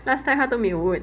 last time 她都没有问